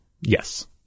Yes